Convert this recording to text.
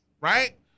right